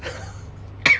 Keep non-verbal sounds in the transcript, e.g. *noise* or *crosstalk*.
*coughs*